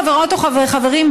חברות וחברים,